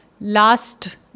Last